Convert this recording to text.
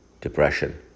depression